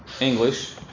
English